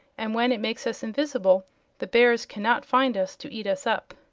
and when it makes us invisible the bears cannot find us to eat us up.